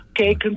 Okay